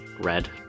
red